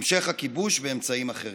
המשך הכיבוש באמצעים אחרים.